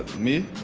me?